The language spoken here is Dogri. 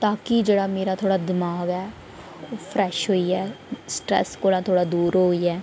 ताकी मेरा थोह्ड़ा जेह्ड़ा दमाग ऐ ओह् फ्रैश होई जाए स्ट्रैस कोला थोह्ड़ा दूर होइयै